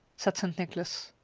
said st. nicholas.